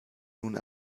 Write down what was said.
nun